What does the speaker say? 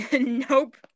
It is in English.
nope